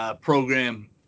program